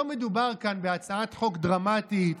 לא מדובר כאן בהצעת חוק דרמטית,